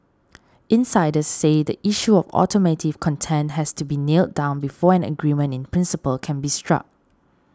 insiders say the issue of automotive content has to be nailed down before an agreement in principle can be struck